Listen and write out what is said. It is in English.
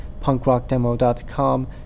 punkrockdemo.com